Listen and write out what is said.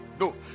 No